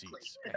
seats